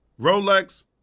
Rolex